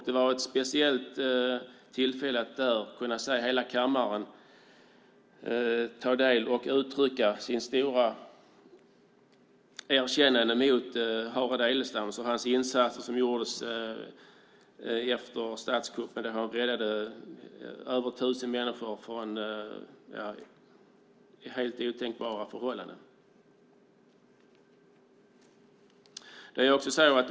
Det var speciellt att se hela kammaren ta del av detta och uttrycka sitt stora erkännande av Harald Edelstam och de insatser som gjordes efter statskuppen då han räddade över tusen människor från helt otänkbara förhållanden.